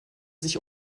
sich